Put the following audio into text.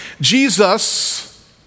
Jesus